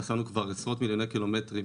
נסענו כבר עשרות מיליוני קילומטרים